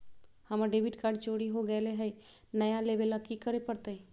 हमर debit card चोरी हो गेले हई, नया लेवे ल की करे पड़तई?